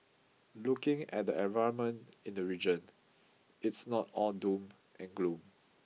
looking at the environment in the region it's not all doom and gloom